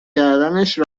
کردنش